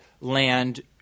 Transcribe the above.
land